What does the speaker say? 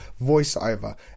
voiceover